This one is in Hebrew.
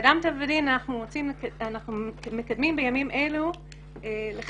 באדם טבע ודין אנחנו מקדמים בימים אלו חיוב